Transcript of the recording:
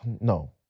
no